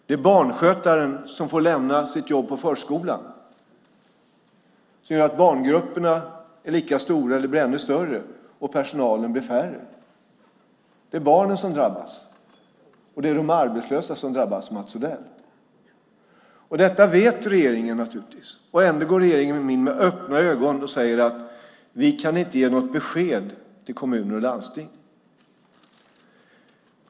Det är barnskötaren som får lämna sitt jobb på förskolan. Barngrupperna är lika stora eller blir ännu större, och det blir färre personal. Det är barnen som drabbas, och det är de arbetslösa som drabbas, Mats Odell. Detta vet regeringen naturligtvis, och ändå går regeringen in med öppna ögon och säger: Vi kan inte ge något besked till kommuner och landsting.